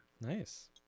nice